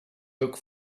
look